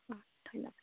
ধন্যবাদ